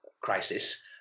crisis